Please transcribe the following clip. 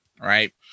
right